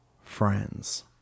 friends